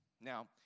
Now